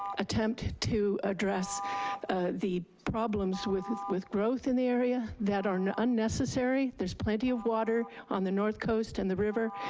attempt to address the problems with with growth in the area that are unnecessary. there's plenty of water on the north coast and the river,